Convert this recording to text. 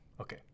Okay